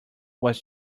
was